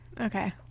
Okay